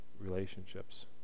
relationships